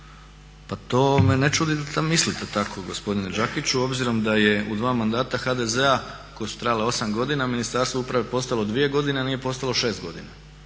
pa to me ne čudi da mislite tako, gospodine Đakiću, obzirom da je u dva mandata HDZ-a koja su trajala 8 godina Ministarstvo uprave postalo u 2 godine a nije postalo u 6 godina,